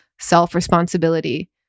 self-responsibility